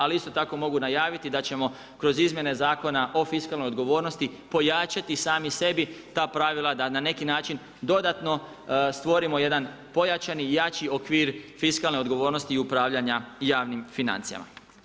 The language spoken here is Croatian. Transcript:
Ali, isto tako mogu najaviti da ćemo kroz izmjene zakona o fiskalnoj odgovornosti pojačati sami sebi ta pravila da na neki način dodatno stvorimo jedan pojačani i jači okvir fiskalne odgovornosti i upravljanja javnim financijama.